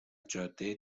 جاده